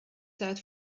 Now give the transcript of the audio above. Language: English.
set